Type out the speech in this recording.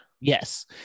Yes